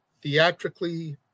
theatrically